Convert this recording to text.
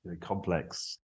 complex